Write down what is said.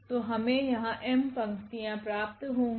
तो हमे यहाँ m पंक्तियां प्राप्त होगी